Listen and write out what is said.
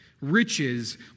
Riches